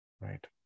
Right